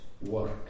work